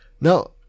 Now